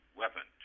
weapon